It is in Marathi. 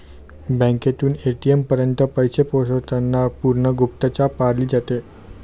बँकेतून ए.टी.एम पर्यंत पैसे पोहोचवताना पूर्ण गुप्तता पाळली जाते